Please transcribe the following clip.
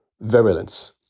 virulence